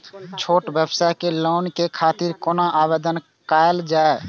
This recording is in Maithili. छोट व्यवसाय के लोन के खातिर कोना आवेदन कायल जाय?